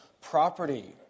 property